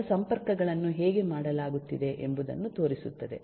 ಅದು ಸಂಪರ್ಕಗಳನ್ನು ಹೇಗೆ ಮಾಡಲಾಗುತ್ತಿದೆ ಎಂಬುದನ್ನು ತೋರಿಸುತ್ತದೆ